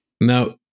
Now